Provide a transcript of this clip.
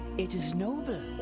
it is noble,